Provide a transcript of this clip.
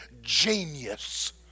genius